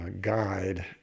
guide